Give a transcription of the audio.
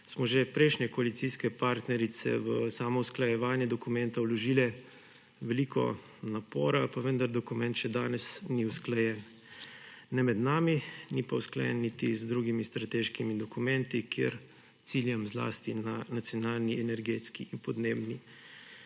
smo že prejšnje koalicijske partnerice v samo usklajevanje dokumenta vložile veliko napora, pa vendar dokument še danes ni usklajen niti med nami niti z drugimi strateškimi dokumenti, kjer ciljam zlasti na Nacionalni energetski in podnebni